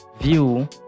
view